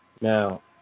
Now